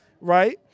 right